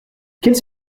quelle